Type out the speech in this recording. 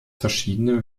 verschiedene